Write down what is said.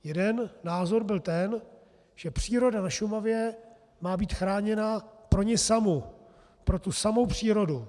Jeden názor byl ten, že příroda na Šumavě má být chráněna pro ni samu, pro tu samou přírodu.